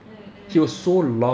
mm mm mm